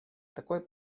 такой